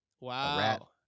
Wow